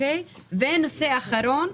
הנושא האחרון,